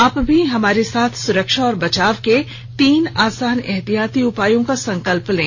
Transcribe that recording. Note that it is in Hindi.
आप भी हमारे साथ सुरक्षा और बचाव के तीन आसान एहतियाती उपायों का संकल्प लें